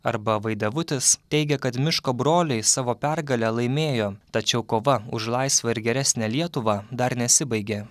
arba vaidevutis teigia kad miško broliai savo pergale laimėjo tačiau kova už laisvą ir geresnę lietuvą dar nesibaigė